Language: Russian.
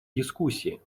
дискуссии